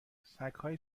سگهای